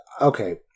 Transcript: okay